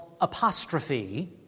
apostrophe